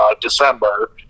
December